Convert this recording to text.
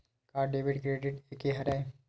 का debit credit एके हरय?